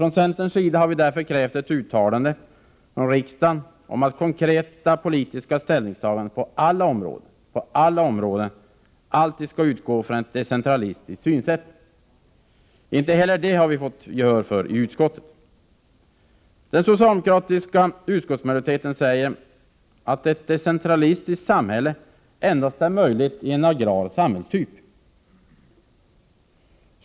Från centern har vi därför krävt ett riksdagsuttalande om att konkreta politiska ställningstaganden på alla områden alltid skall utgå från ett decentralistiskt synsätt. Inte heller detta har vi fått gehör för i utskottet. Den socialdemokratiska utskottsmajoriteten säger att ett decentralistiskt samhälle endast är möjligt i en agrar samhällstyp.